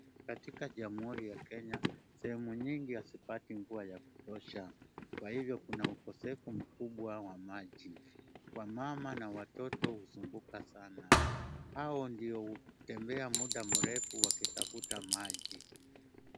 Katika jamuhuri ya kenya sehemu nyingi hazipati mvua ya kutosha kwa hivyo kuna ukosefu mkubwa wa maji wamama na watoto husumbuka sana wao ndio hutembea muda mrefu wakitafuta maji.